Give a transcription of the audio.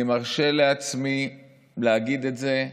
אני מרשה לעצמי להגיד את זה.